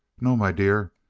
no, my dear.